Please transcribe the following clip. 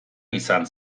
izan